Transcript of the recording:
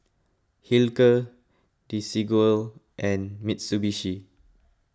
Hilker Desigual and Mitsubishi